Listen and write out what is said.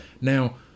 Now